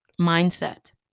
mindset